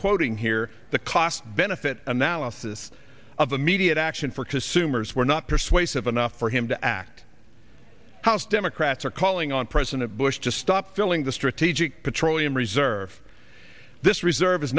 quoting here the cost benefit analysis of immediate action for to sue murs were not persuasive enough for him to act house democrats are calling on president bush to stop filling the strategic petroleum reserve this reserve is